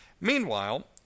Meanwhile